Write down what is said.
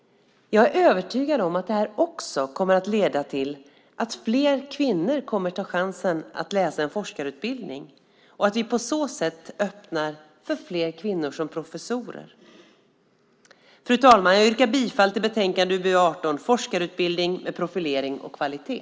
Jag är övertygad om att detta också kommer att leda till att fler kvinnor kommer att ta chansen att läsa en forskarutbildning och att vi på så sätt öppnar för fler kvinnor som professorer. Fru talman! Jag yrkar bifall till förslaget i utbildningsutskottets betänkande UbU18 Forskarutbildning med profilering och kvalitet .